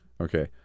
Okay